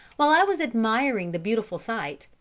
while i was admiring the beautiful sight,